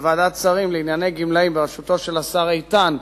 בוועדת שרים לענייני גמלאים, בראשותו של השר איתן,